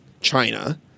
China